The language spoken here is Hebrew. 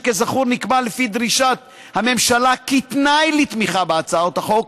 שכזכור נקבע לפי דרישת הממשלה כתנאי לתמיכה בהצעת החוק,